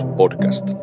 podcast